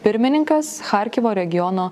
pirmininkas charkivo regiono